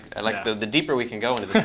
like the the deeper we can go into this